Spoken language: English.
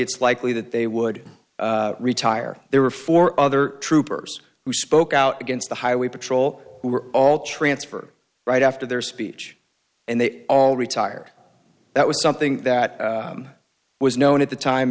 it's likely that they would retire there were four other troopers who spoke out against the highway patrol who were all transfer right after their speech and they all retired that was something that was known at the time